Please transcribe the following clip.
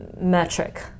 metric